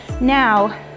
now